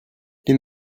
nimm